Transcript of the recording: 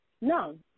no